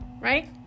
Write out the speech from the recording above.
Right